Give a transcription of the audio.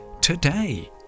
today